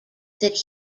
that